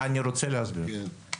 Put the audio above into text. אורי, לא, זה כבר מוגזם.